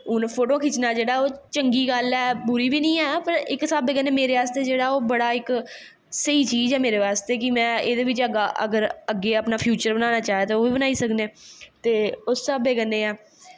हून फोटो खिच्चनां जेह्का चंगी गल्ल ऐ बुरी बी नी ऐ इक हिसाबे कन्नैं मेरे आस्ते स्हेई चीज़ ऐ मेरे बास्तै कि में अगर अग्गैं अपनां फ्यूचर बनानां चांह ते ओह् बी बनाई सकनी आं ते उस हिसाबे कन्नैं ऐ